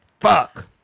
fuck